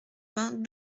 vingt